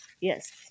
Yes